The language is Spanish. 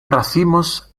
racimos